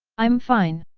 i'm fine!